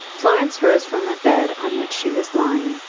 florence rose from the bed on which she was lying,